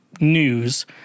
news